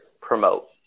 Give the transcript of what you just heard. promote